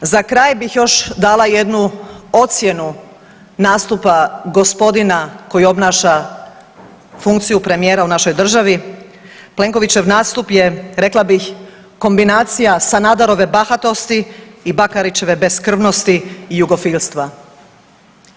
Za kraj bih još dala jednu ocjenu nastupa gospodina koji obnaša funkciju premijera u našoj državi, Plenkovićev nastup je rekla bih kombinacija Sanaderove bahatosti i Bakarićeve beskrvnosti i jugofilstva.